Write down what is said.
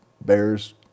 bears